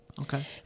Okay